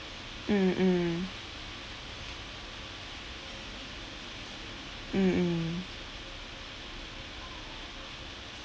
mm mm mm mm